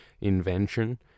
invention